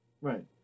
Right